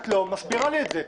את לא מסבירה לי את זה.